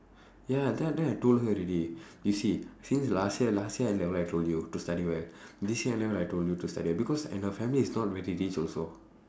ya then then I told her already you see since last year last year N level I told you to study well this year N level I told you to study well because and her family is not very rich also